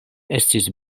estis